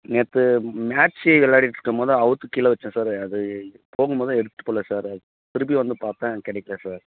நேற்று மேச்சி விளையாடிட்டு இருக்கும் போது அவுத்து கீழே வச்சேன் சார் அது போகும் போது எடுத்துகிட்டு போகல சார் திருப்பி வந்து பார்த்தன் கிடைக்கல சார்